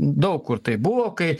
daug kur taip buvo kai